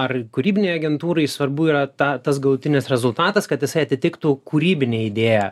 ar kūrybinei agentūrai svarbu yra ta tas galutinis rezultatas kad jisai atitiktų kūrybinę idėją